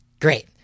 Great